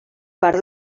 part